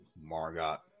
Margot